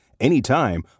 anytime